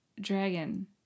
Dragon